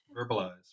verbalize